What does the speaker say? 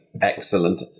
excellent